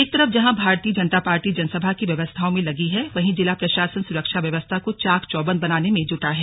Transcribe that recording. एक तरफ जहां भारतीय जनता पार्टी जनसभा की व्यवस्थाओं में लगी है वहीं जिला प्रशासन सुरक्षा व्यवस्था को चाक चौबंद बनाने में जुटा है